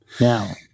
Now